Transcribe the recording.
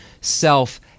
self